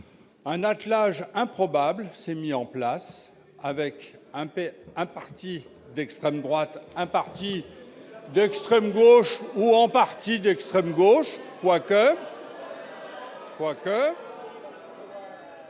un attelage improbable s'est mis en place, avec un parti d'extrême droite et un parti d'extrême gauche, ou en partie d'extrême gauche, quoique ...